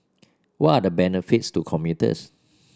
what are the benefits to commuters